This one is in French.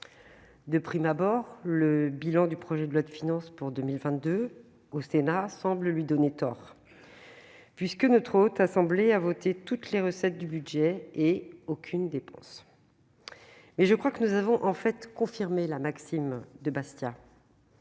De prime abord, le bilan de l'examen du projet de loi de finances pour 2022 au Sénat semble lui donner tort, puisque la Haute Assemblée a voté toutes les recettes du budget, ... et aucune dépense. Mais je crois que nous avons, en fait, confirmé la maxime de Bastiat.